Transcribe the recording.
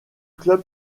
club